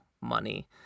money